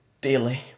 daily